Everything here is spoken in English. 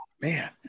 man